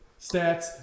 stats